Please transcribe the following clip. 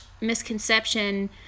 misconception